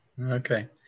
Okay